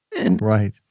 Right